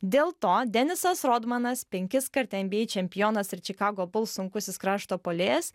dėl to denisas rodmanas penkiskart nba čempionas ir chicago bulls sunkusis krašto puolėjas